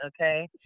okay